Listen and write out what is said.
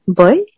boy